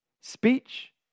Speech